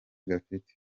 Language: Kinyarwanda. gafite